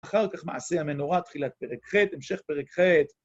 אחר כך מעשי המנורה, תחילת פרק ח', המשך פרק ח'.